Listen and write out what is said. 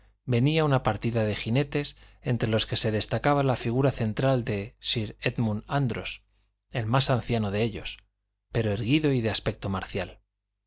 venía una partida de jinetes entre los que se destacaba la figura central de sir édmund andros el más anciano de ellos pero erguido y de aspecto marcial